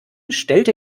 stellte